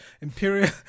Imperial